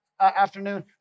afternoon